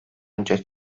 önce